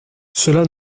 cela